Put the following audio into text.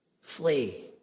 Flee